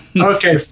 Okay